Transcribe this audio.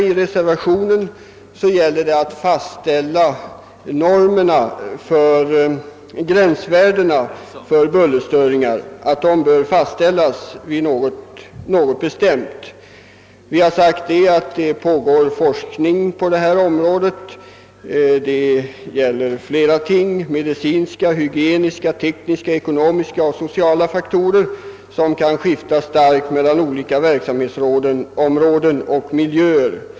I reservationens kläm framhålles att gränsvärden för bullerstörningar bör fastställas. Utskottsmajoriteten har påpekat att det pågår forskning men att det här rör sig om flera faktorer, medicinska, hygieniska, tekniska, ekonomiska och sociala, som kan skifta starkt beroende på verksamhetsområden och miljöer.